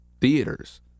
theaters